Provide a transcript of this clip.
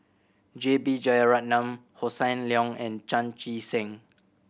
J B Jeyaretnam Hossan Leong and Chan Chee Seng